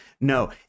no